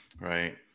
Right